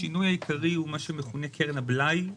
השינוי העיקרי הוא מה שמכונה "קרן הבלאי",